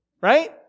Right